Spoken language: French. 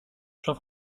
jean